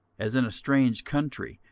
as in a strange country,